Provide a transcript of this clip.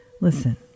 Listen